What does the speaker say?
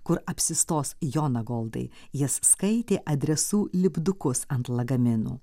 kur apsistos jonagoldai jis skaitė adresų lipdukus ant lagaminų